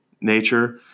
nature